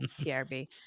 TRB